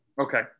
Okay